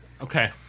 Okay